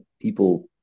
people